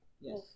Yes